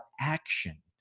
action